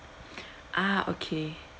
ah okay